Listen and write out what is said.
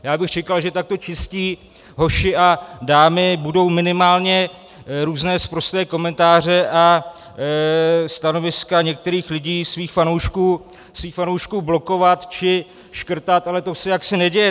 Já bych čekal, že takto čistí hoši a dámy budou minimálně různé sprosté komentáře a stanoviska některých lidí, svých fanoušků, blokovat či škrtat, ale to se jaksi neděje.